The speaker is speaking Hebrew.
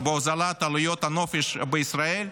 בהוזלת עלויות הנופש בישראל,